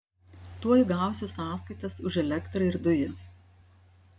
tuoj gausiu sąskaitas už elektrą ir dujas